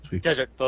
Desert